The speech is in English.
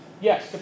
Yes